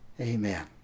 Amen